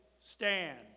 Stand